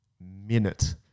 minute